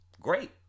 great